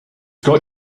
got